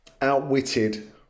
outwitted